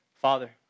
Father